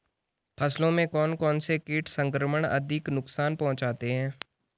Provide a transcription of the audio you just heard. फसलों में कौन कौन से कीट संक्रमण अधिक नुकसान पहुंचाते हैं?